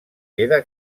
queda